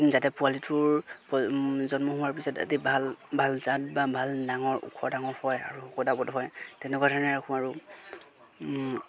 যাতে পোৱালিটোৰ জন্ম হোৱাৰ পিছত এটি ভাল ভাল জাত বা ভাল ডাঙৰ ওখ ডাঙৰ হয় আৰু শকত আৱত হয় তেনেকুৱা ধৰণে ৰাখোঁ আৰু